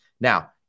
Now